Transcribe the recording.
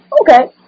Okay